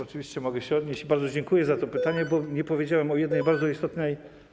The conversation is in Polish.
Oczywiście mogę się odnieść i bardzo dziękuję za to pytanie, bo nie powiedziałem o jednej bardzo istotnej.